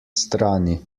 strani